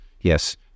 Yes